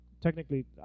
technically